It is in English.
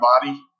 body